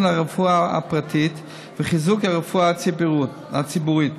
הרפואה הפרטית וחיזוק הרפואה הציבורית: